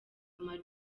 amag